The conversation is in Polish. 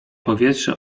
powietrze